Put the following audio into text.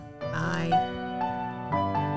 Bye